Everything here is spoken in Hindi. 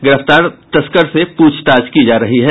गिरफ्तार तस्कर से पूछताछ की जा रही है